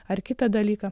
ar kitą dalyką